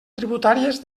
tributàries